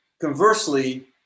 conversely